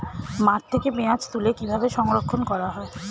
মাঠ থেকে পেঁয়াজ তুলে কিভাবে সংরক্ষণ করা হয়?